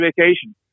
vacation